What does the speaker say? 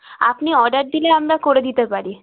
আপনি অর্ডার দিলে আমরা করে দিতে পারি